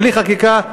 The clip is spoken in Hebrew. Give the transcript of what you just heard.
בלי חקיקה,